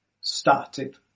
started